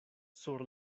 sur